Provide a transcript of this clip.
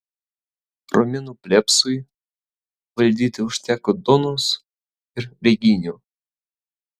romėnų plebsui valdyti užteko duonos ir reginių